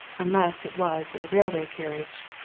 unless it was in a railway carriage,